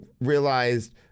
realized